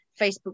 Facebook